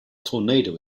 tornado